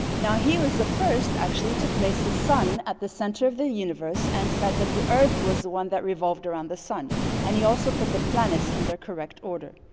now, he was the first actually to place the sun at the center of the universe and said that the earth was the one that revolved around the sun and he also put the planets in their correct order.